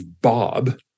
Bob